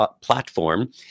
platform